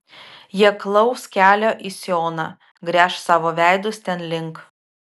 jie klaus kelio į sioną gręš savo veidus ten link